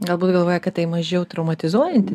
galbūt galvoja kad tai mažiau traumatizuojanti